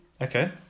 Okay